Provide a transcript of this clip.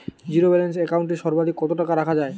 Zero balance account এ সর্বাধিক কত টাকা রাখা য়ায়?